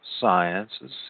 sciences